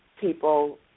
people